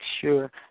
sure